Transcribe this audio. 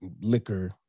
liquor